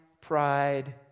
pride